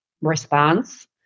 response